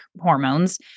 hormones